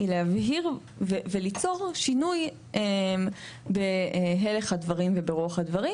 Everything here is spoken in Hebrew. היא להבהיר וליצור שינוי בהלך הדברים וברוח הדברים,